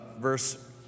verse